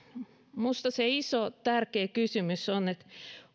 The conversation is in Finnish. minusta se iso tärkeä kysymys on